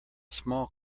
small